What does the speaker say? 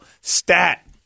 Stat